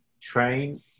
train